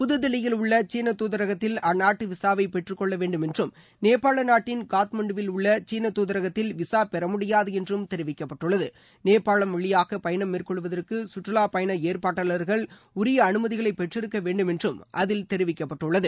புதுதில்லியில் உள்ள சீன தாதரகத்தில் அந்நாட்டு விசாவை பெற்று கொள்ளவேண்டும் என்றும் நேபாள நாட்டின் காட்மாண்டுவில் உள்ள சீன தூதரகத்தில் விசா பெறமுடியாது என்றும் தெரிவிக்கப்பட்டுள்ளது நேபாளம் வழியாக பயணம் மேற்கொள்வதற்கு குற்றுலா பயண ஏற்பாட்டாளர்கள் உரிய அனுமதிகளை பெற்றிருக்கவேண்டும் என்றும் அதில் தெரிவிக்கப்பட்டுள்ளது